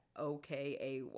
okay